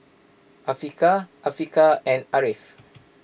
Afiqah Afiqah and Ariff